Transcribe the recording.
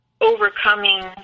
overcoming